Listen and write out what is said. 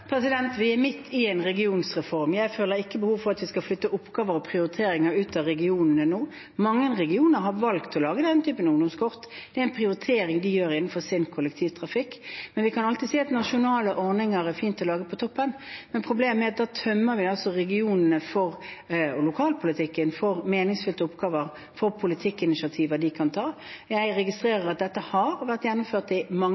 Vi er midt i en regionreform. Jeg føler ikke behov for at vi skal flytte oppgaver og prioriteringer ut av regionene nå. Mange regioner har valgt å lage denne typen ungdomskort. Det er en prioritering de gjør for sin kollektivtrafikk. Vi kan alltid si at nasjonale ordninger er fine å lage på toppen, men problemet er at da tømmer vi regionene og lokalpolitikken for meningsfylte oppgaver og for politikkinitiativ de kan ta. Jeg registrerer at dette har vært gjennomført i mange